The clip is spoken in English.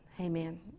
Amen